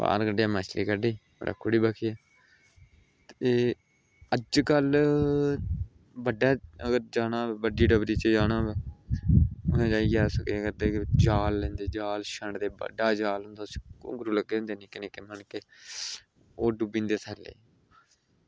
बाहर कड्ढेआ मच्छली कड्ढी रक्खी ओड़ी ते अज्जकल बड्डा बड्डी डबरी च अगर जाना होऐ ते भी अस केह् करदे जाल लैंदे ते जाल छंडदे बड्डा जाल होंदा उसी घुंघरू लग्गे दे होंदे निक्के निक्के मनके ओह् डुब्बी जंदे सारे